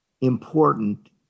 important